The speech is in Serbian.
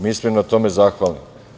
Mi smo im na tome zahvalni.